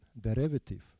derivative